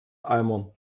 eimern